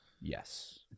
yes